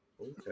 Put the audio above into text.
okay